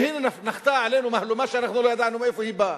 שהנה נחתה עלינו מהלומה שאנחנו לא ידענו מאיפה היא באה.